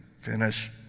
Finish